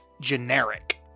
generic